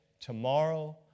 tomorrow